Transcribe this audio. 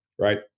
right